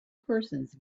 persons